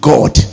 God